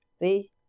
See